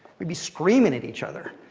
we'd be screaming at each other.